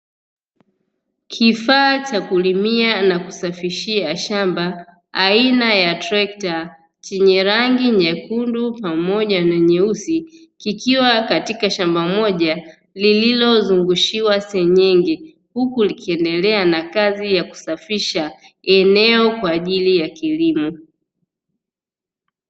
Kifaa cha kulimia na kusafishia shamba aina ya trekta chenye rangi nyekundu pamoja na nyeusi kikiwa katika shamba moja lililozungushiwa senyenge, huku likiendelea na kazi ya kusafisha eneo kwa ajili ya kilimo.